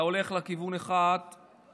אתה הולך לכיוון אחד שעתיים,